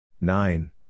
nine